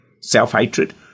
self-hatred